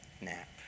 nap